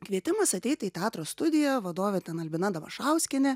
kvietimas ateiti į teatro studiją vadovė albina damašauskienė